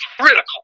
critical